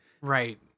Right